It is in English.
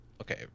okay